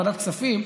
בוועדת הכספים,